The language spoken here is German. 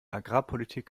agrarpolitik